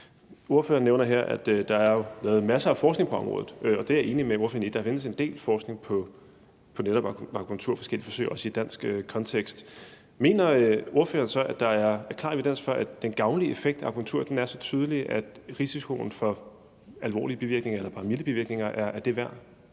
Ordføreren nævner her, at der er lavet masser af forskning på området, og det er jeg enig med ordføreren i – der findes en del forskning på netop akupunktur, og der er foretaget forskellige forsøg, også i dansk kontekst. Mener ordføreren så, at der er klar evidens for, at den gavnlige effekt af akupunktur er så tydelig, at risikoen for alvorlige bivirkninger eller bare milde bivirkninger er det værd?